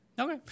Okay